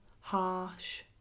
harsh